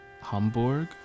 Hamburg